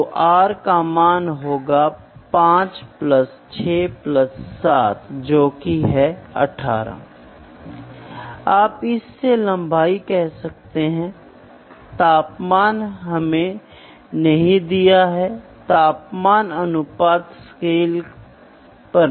तो माप का पावर प्रकार तो आप देख सकते हैं कि ये डिवाइस हैं जिसमें आप सुई को यह दिखाने की कोशिश करते हैं कि फेस है फिर यह ग्रेजुएशन में दिखाता है सही है